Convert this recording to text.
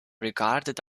regard